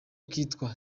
kitwa